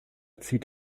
zieht